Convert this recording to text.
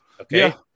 okay